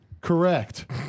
Correct